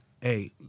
hey